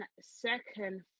Second